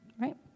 Right